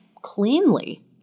cleanly